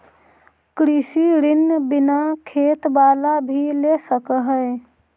कृषि ऋण बिना खेत बाला भी ले सक है?